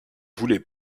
voulez